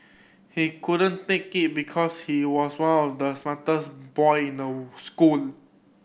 he couldn't take it because he was one of the smartest boy in school